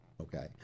okay